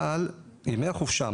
אבל ימי החופשה,